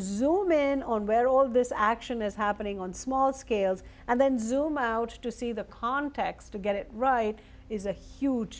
zoom in on where all this action is happening on small scales and then zoom out to see the context to get it right is a huge